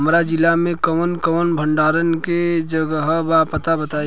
हमरा जिला मे कवन कवन भंडारन के जगहबा पता बताईं?